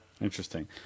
Interesting